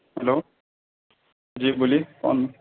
hello جی بولیے کون